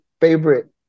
favorite